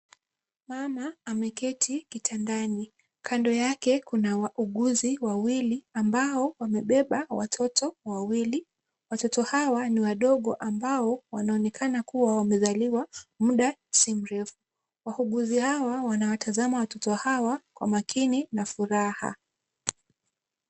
Mama ameketi kitandani. Kando yake kuna wauguzi wawili ambao wamebeba watoto wawili. Watoto hawa ni wadogo ambao wanaonekana kuwa wamezaliwa muda si mrefu. Wauguzi hawa wanawatazama watoto hawa kwa makini na furaha.